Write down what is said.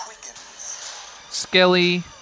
Skelly